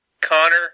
Connor